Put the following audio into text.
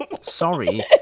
Sorry